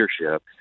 leadership